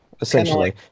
Essentially